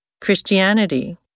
Christianity